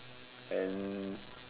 and